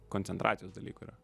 koncentracijos dalykų yra